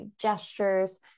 gestures